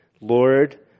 Lord